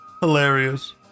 Hilarious